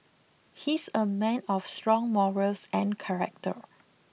he's a man of strong morals and character